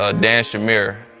ah dan shamir,